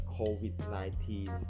COVID-19